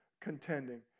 contending